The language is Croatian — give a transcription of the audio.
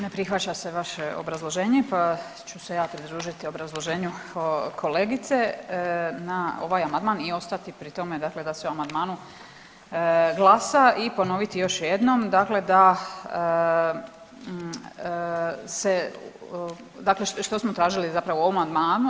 Ne prihvaća se vaše obrazloženje, pa ću se ja pridružiti obrazloženju kolegice na ovaj amandman i ostati pri tome dakle da se o amandmanu glasa i ponoviti još jednom dakle da se, dakle što smo tražili zapravo u ovom amandmanu?